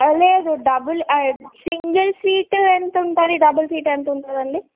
లేదు double single seat ఎంత ఉంటుంది డబుల్ సీట్ ఎంత ఉంటదండి